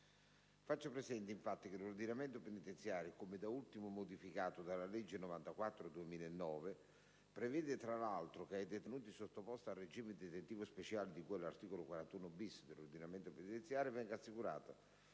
Faccio presente, infatti, che l'ordinamento penitenziario, come da ultimo modificato dalla legge n. 94 del 2009, prevede, tra l'altro, che ai detenuti sottoposti al regime detentivo speciale di cui all'articolo 41-*bis* dell'ordinamento penitenziario venga assicurata